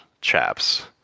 chaps